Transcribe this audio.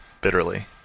bitterly